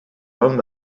long